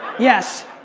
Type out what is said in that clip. yes.